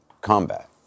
combat